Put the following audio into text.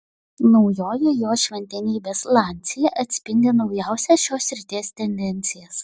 naujoji jo šventenybės lancia atspindi naujausias šios srities tendencijas